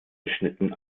geschnitten